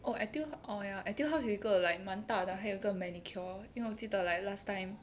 oh Etude orh ya Etude House 有一个 like 蛮大的还有一个 manicure 因为我记得 like last time